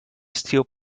steel